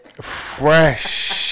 Fresh